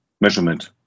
measurement